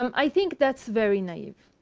um i think that's very naive,